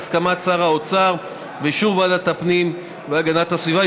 בהסכמת שר האוצר ואישור ועדת הפנים והגנת הסביבה,